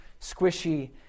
squishy